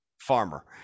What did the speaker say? farmer